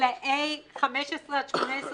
בגילאי 15 עד 18,